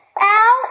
Al